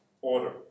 order